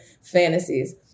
fantasies